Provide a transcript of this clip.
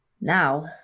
Now